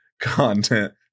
content